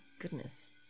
goodness